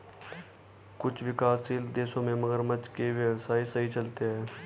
कुछ विकासशील देशों में मगरमच्छ के व्यवसाय सही चलते हैं